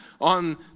on